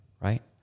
right